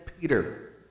Peter